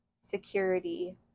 security